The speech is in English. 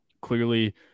clearly